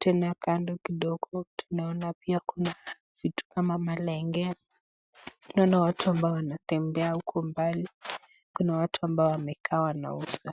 Tena kando kidogo tunaona pia kuna vitu kama malenge. Tunaona watu ambao wanatembea huko mbali. Kuna watu ambao wamekaa wanauza.